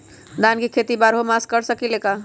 धान के खेती बारहों मास कर सकीले का?